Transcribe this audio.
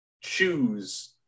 choose